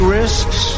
risks